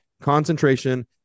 concentration